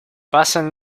pasan